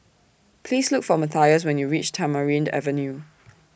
Please Look For Matthias when YOU REACH Tamarind Avenue